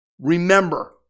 remember